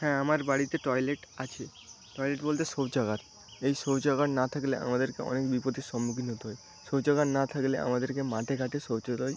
হ্যাঁ আমার বাড়িতে টয়লেট আছে টয়লেট বলতে শৌচাগার এই শৌচাগার না থাকলে আমাদেরকে অনেক বিপদের সন্মুখীন হতে হয় শৌচাগার না থাকলে আমাদেরকে মাঠে ঘাটে শৌচালয়